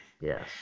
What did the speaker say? Yes